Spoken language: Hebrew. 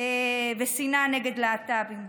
והשנאה נגד להט"בים.